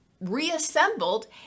reassembled